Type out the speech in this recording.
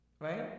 right